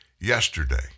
yesterday